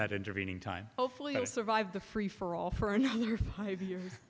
that intervening time hopefully i'll survive the free for all for another five years